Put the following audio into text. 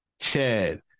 Chad